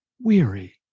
weary